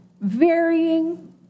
varying